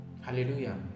Hallelujah